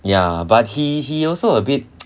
ya but he he also a bit